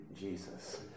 Jesus